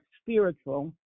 spiritual